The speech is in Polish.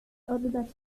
oddać